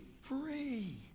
free